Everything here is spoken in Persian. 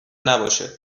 نباشه